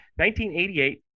1988